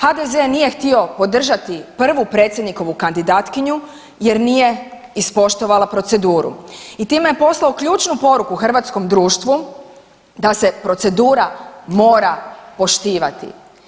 HDZ nije htio podržati prvu predsjednikovu kandidatkinju jer nije ispoštovala proceduru i time je poslao ključnu poruku hrvatskom društvu da se procedura mora poštivati.